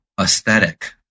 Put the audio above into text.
aesthetic